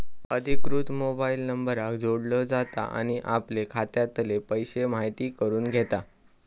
अधिकृत मोबाईल नंबराक जोडलो जाता आणि आपले खात्यातले पैशे म्हायती करून घेता